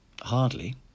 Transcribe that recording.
hardly